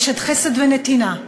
אשת חסד ונתינה,